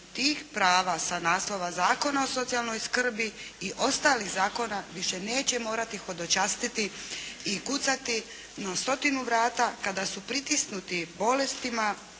tih prava sa naslova zakona o socijalnoj skrbi i ostalih zakona više neće morati hodočastiti i kucati na stotinu vrata kada su pritisnuti bolestima,